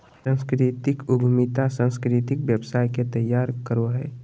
सांस्कृतिक उद्यमिता सांस्कृतिक व्यवसाय के तैयार करो हय